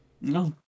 No